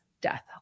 death